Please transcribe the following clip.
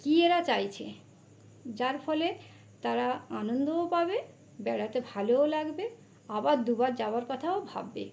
কী এরা চাইছে যার ফলে তারা আনন্দও পাবে বেড়াতে ভালোও লাগবে আবার দুবার যাওয়ার কথাও ভাববে